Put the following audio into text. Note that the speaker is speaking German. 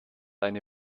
eine